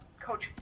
Coach